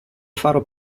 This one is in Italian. faro